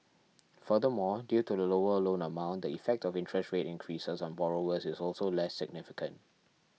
furthermore due to the lower loan amount the effect of interest rate increases on borrowers is also less significant